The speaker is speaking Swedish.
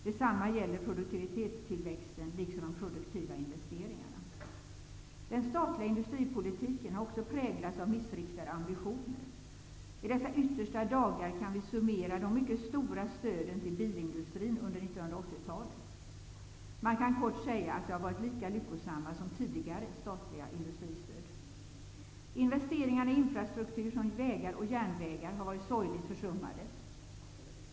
Detsamma gäller produktivitetstillväxten liksom de produktiva investeringarna. Den statliga industripolitiken har också präglats av missriktade ambitioner. I dessa yttersta dagar kan vi summera de mycket stora stöden till bilindustrin under 1980-talet. Man kan kort säga att de har varit lika lyckosamma som tidigare statliga industristöd. Investeringarna i infrastruktur som vägar och järnvägar har varit sorgligt försummade.